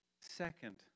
second